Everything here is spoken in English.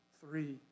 three